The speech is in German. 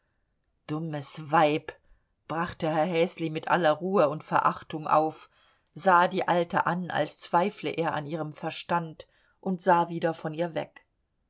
dummes weib brachte herr häsli mit aller ruhe und verachtung auf sah die alte an als zweifle er an ihrem verstand und sah wieder von ihr weg